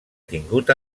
tingut